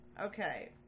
Okay